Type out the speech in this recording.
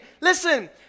Listen